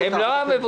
הם לא מבוטחים.